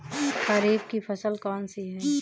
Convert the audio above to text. खरीफ की फसल कौन सी है?